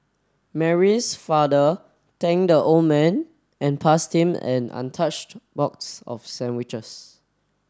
Mary's father thanked the old man and passed him an untouched box of sandwiches